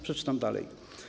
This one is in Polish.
Przeczytam dalej.